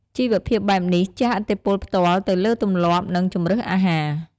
ជីវភាពបែបនេះជះឥទ្ធិពលផ្ទាល់ទៅលើទម្លាប់ និងជម្រើសអាហារ។